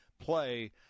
play